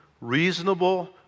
reasonable